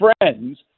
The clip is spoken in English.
friends